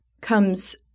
comes